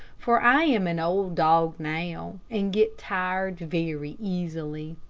for i am an old dog now, and get tired very easily.